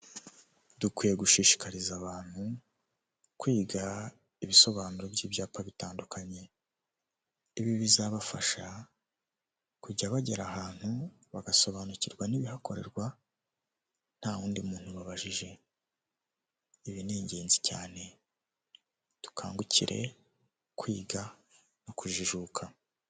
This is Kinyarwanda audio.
Dukwiye gushishikariza abantu kwiga ibisobanuro by'ibyapa bitandukanye, ibi bizabafasha kujya bagera ahantu bagasobanukirwa n'ibihakorerwa, nta wundi muntu babajije, ibi ni ingenzi cyane, dukangukire kwiga no kujijuka.